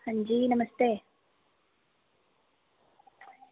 अंजी नमस्ते